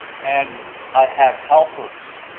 and i have helpers.